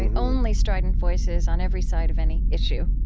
ah only strident voices on every side of any issue.